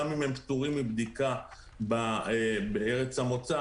גם אם הם פטורים מבדיקה בארץ המוצא,